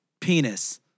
penis